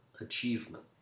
achievement